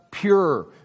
Pure